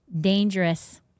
Dangerous